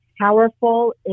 powerful